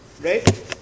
right